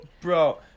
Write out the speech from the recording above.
Bro